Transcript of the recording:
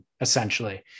essentially